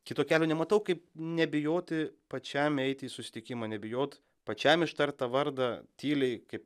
kito kelio nematau kaip nebijoti pačiam eit į susitikimą nebijot pačiam ištart tą vardą tyliai kaip